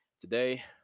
Today